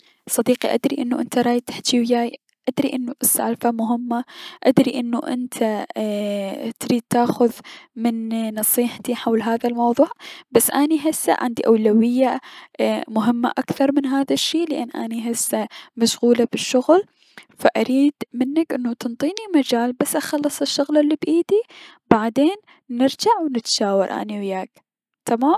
صديقي ادري انو انت رايد تحجي وياي، ادري انو السالفة مهمة، ادري انو انت ايي- تريد تاخذ من نصيحتي حول هذا الموضوع، بس اني هسة عندي اولوية مهمة اكثر من هذا الشي لأن اني هسة مشغولة بلشغل فلأريد منك انو تنطيني مجال بس اخلص الشغل الي بلأيدي بعدين نرجع نتشاور اني وياك، تمام؟